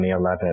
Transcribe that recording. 2011